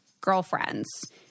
girlfriends